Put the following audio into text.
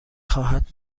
خواهد